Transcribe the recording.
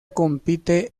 compite